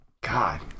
God